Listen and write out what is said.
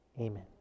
Amen